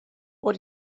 what